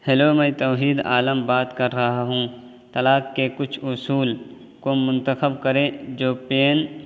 hello میں توحید عالم بات کر رہا ہوں طلاق کے کچھ اصول کو منتخب کریں جو پین